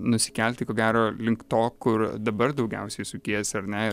nusikelti ko gero link to kur dabar daugiausiai sukiesi ar ne